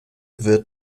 wird